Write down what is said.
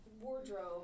Wardrobe